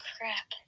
Crap